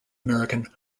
american